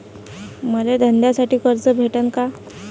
मले धंद्यासाठी कर्ज भेटन का?